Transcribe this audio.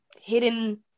hidden